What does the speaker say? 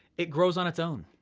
it grows on its own.